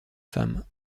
femme